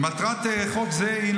קודם כול,